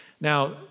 Now